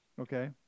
Okay